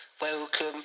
Welcome